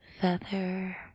feather